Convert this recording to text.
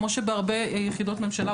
כמו שעושים בהרבה יחידות ממשלה.